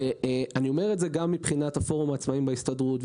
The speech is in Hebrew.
אני מדבר עכשיו גם בשם פורום העצמאים בהסתדרות.